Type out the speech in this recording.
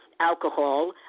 Alcohol